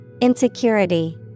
Insecurity